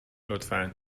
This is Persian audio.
لطفا